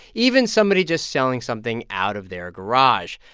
even somebody just selling something out of their garage.